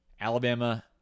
Alabama